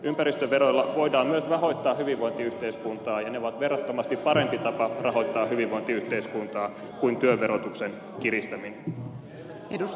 ympäristöveroilla voidaan myös rahoittaa hyvinvointiyhteiskuntaa ja ne ovat verrattomasti parempi tapa rahoittaa hyvinvointiyhteiskuntaa kuin työn verotuksen kiristäminen